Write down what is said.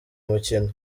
umukino